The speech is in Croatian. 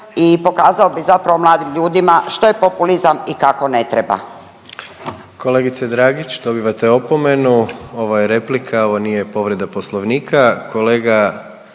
i pokazao bi zapravo mladim ljudima što je populizam i kako ne treba. **Jandroković, Gordan (HDZ)** Kolegice Dragić dobivate opomenu. Ovo je replika, ovo nije povreda Poslovnika.